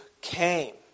came